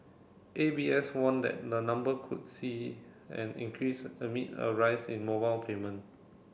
A B S warned that the number could see an increase amid a rise in mobile payment